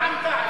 את רע"ם-תע"ל.